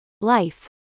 life